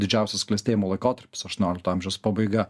didžiausias klestėjimo laikotarpis aštuoniolikto amžiaus pabaiga